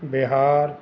Bihar